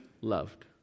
loved